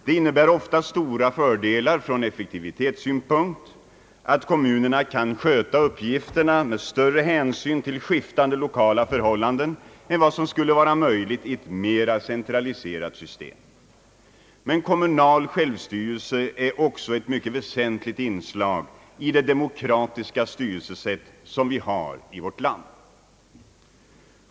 Det innebär ofta stora fördelar ur effektivitetssynpunkt att kommunerna kan sköta uppgifterna med större hänsyn till skiftande lokala förhållanden än vad som skulle vara möjligt i ett mera centraliserat system. Men kommunal självstyrelse är också ett mycket väsentligt inslag i det demokratiska styrelsesätt som vi har i vårt land.